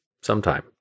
sometime